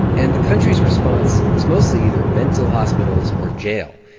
and the country's response was mostly either mental hospitals or jail.